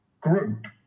group